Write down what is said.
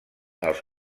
als